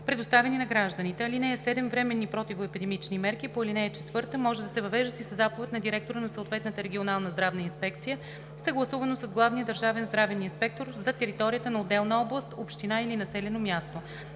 предоставяни на гражданите. (7) Временни противоепидемични мерки по ал. 4 може да се въвеждат и със заповед на директора на съответната регионална здравна инспекция, съгласувано с главния държавен здравен инспектор за територията на отделна област, община или населено място.